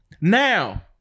Now